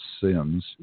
sins